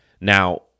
Now